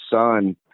son